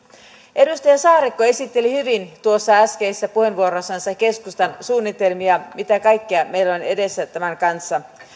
edustaja saarikko esitteli hyvin tuossa äskeisessä puheenvuorossansa keskustan suunnitelmia mitä kaikkea meillä on edessä tämän kanssa